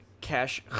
cash